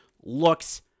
looks